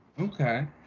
okay